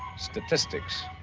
statistics.